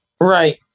right